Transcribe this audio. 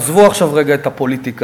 עזבו עכשיו רגע את הפוליטיקה.